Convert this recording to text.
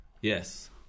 Yes